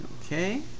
Okay